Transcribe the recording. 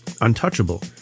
Untouchable